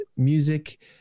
music